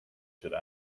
should